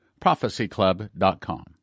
Prophecyclub.com